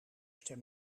stem